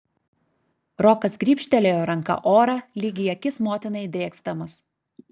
rokas grybštelėjo ranka orą lyg į akis motinai drėksdamas